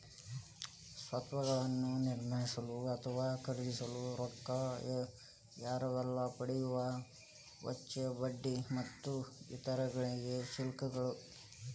ಸ್ವತ್ತುಗಳನ್ನ ನಿರ್ಮಿಸಲು ಅಥವಾ ಖರೇದಿಸಲು ರೊಕ್ಕಾ ಎರವಲು ಪಡೆಯುವ ವೆಚ್ಚ, ಬಡ್ಡಿ ಮತ್ತು ಇತರ ಗಳಿಗೆ ಶುಲ್ಕಗಳು